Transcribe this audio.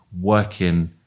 working